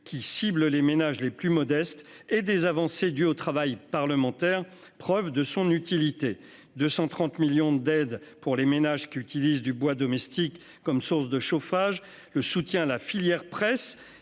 qui cible les ménages les plus modestes, et des avancées que l'on doit au travail parlementaire, preuve de son utilité : 230 millions d'euros d'aides pour les ménages qui utilisent du bois domestique comme source de chauffage, le soutien à la filiale presse